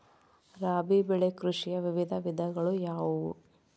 ರಾಬಿ ಬೆಳೆ ಕೃಷಿಯ ವಿವಿಧ ವಿಧಗಳು ಯಾವುವು?